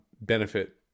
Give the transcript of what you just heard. benefit